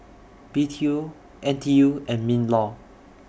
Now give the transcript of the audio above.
B T O N T U and MINLAW